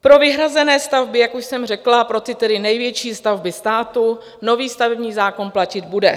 Pro vyhrazené stavby, jak už jsem řekla, pro ty největší stavby státu nový stavební zákon platit bude.